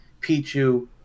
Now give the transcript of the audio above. Pichu